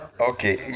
Okay